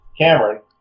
Cameron